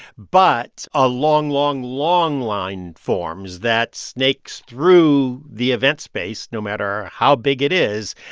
but a long, long, long line forms that snakes through the event space, no matter how big it is.